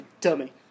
dummy